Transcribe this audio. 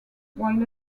while